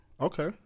okay